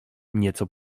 nieco